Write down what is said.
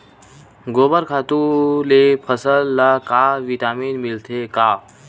गोबर खातु ले फसल ल का विटामिन मिलथे का?